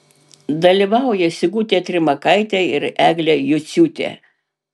dalyvauja sigutė trimakaitė ir eglė juciūtė